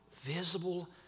visible